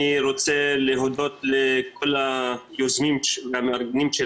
אני רוצה להודות לכל היוזמים והמארגנים של